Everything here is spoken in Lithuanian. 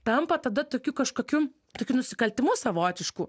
tampa tada tokiu kažkokiu tokiu nusikaltimu savotišku